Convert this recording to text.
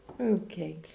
Okay